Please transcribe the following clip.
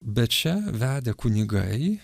bet čia vedę kunigai